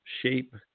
shape